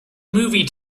movie